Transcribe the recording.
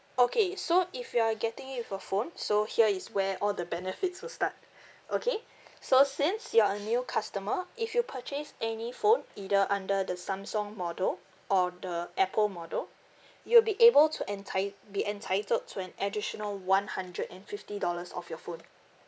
okay so if you are getting it with a phone so here is where all the benefits will start okay so since you are a new customer if you purchased any phone either under the Samsung model or the Apple model you'll be able to enti~ be entitled to an additional one hundred and fifty dollars off your phone